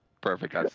Perfect